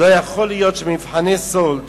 לא יכול להיות שלמבחני סאלד